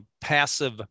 passive